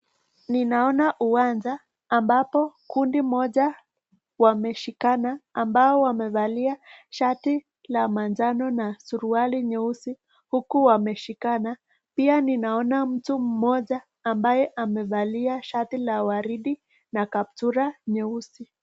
Ninaona uwanja ambapo kundi moja wameshikana, ambao wamevalia shati la manjano na suruali nyeusi, huku wameshikana. Pia ninaona mtu mmoja ambaye amevalia shati la waridi, na kaptura nyeusi.